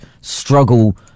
struggle